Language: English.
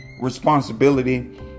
responsibility